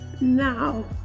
now